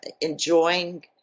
enjoying